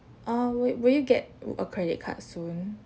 oh will will you get a credit card soon